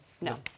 No